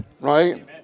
right